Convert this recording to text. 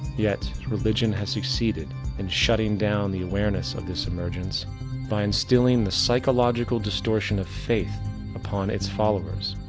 yet, religion has succeeded in shutting down the awareness of this emergence by instilling the psychological distortion of faith upon it's followers.